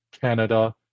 Canada